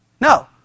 No